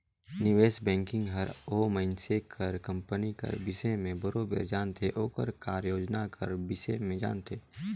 निवेस बैंकिंग हर ओ मइनसे कर कंपनी कर बिसे में बरोबेर जानथे ओकर कारयोजना कर बिसे में जानथे